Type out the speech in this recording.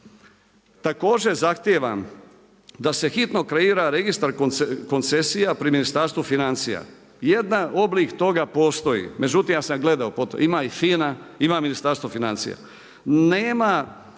Također zahtijevam da se hitno kreira registar koncesija pri Ministarstvu financija. Jedan oblik toga postoji, međutim ja sam gledao. Ima i FINA, ima Ministarstvo financija.